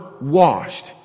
washed